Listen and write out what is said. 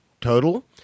total